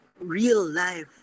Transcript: real-life